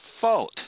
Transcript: fault